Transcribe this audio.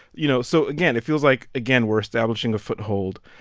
you know, so again, it feels like again, we're establishing a foothold.